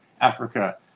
Africa